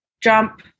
jump